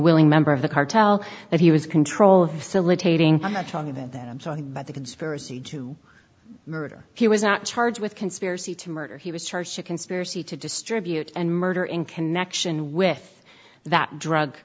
willing member of the cartel that he was control of facilitating i'm not talking about that and so on but the conspiracy to murder he was not charged with conspiracy to murder he was charged with conspiracy to distribute and murder in connection with that drug